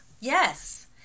Yes